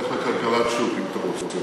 לכלכלת שוק, אם אתה רוצה.